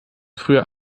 früher